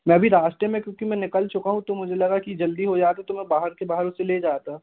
मैं अभी रास्ते में क्योंकि मैं निकल चुका हूँ तो मुझे लगा कि जल्दी हो जाता तो मैं बाहर के बाहर उसे ले जाता